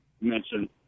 mentioned